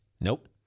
Nope